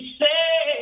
say